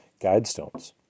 guidestones